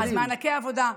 אז מענקי עבודה,